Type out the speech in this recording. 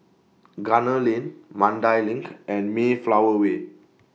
Gunner Lane Mandai LINK and Mayflower Way